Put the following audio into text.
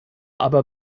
aber